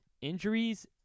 Injuries